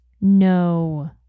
No